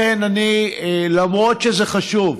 לכן, למרות שזה חשוב,